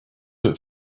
have